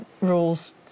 rules